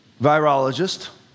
virologist